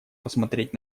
посмотреть